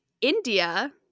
India